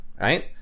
right